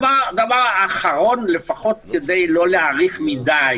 כדי לא להאריך מדי